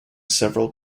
several